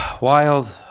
wild